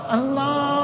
Allah